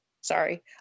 sorry